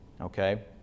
okay